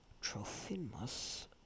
Trophimus